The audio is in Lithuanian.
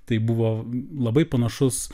tai buvo labai panašus